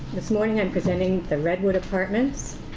this morning, i'm presenting the redwood apartments.